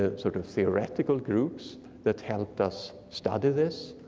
ah sort of theoretical groups that helped us study this.